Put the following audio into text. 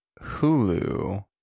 Hulu